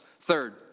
Third